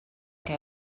que